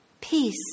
Peace